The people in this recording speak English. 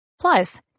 Plus